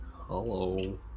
Hello